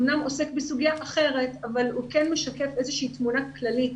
אמנם עוסק בסוגיה אחרת אבל הוא כן משקף איזושהי תמונה כללית